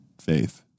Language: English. faith